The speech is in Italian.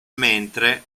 mentre